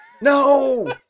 No